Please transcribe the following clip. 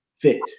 fit